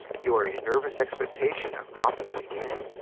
you are in nervous expectation of dropping it again.